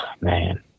man